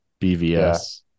BVS